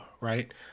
right